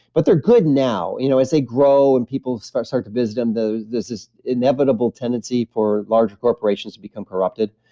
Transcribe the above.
but they're good now you know as they grow and people started to visit them, there's this inevitable tendency for larger corporations to become corrupted.